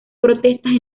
protestas